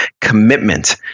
commitment